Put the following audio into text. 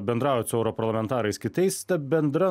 bendraujat su europarlamentarais kitais ta bendra